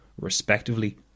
respectively